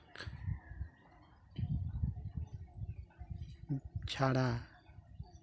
ᱪᱷᱟᱲᱟ